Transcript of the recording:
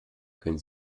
können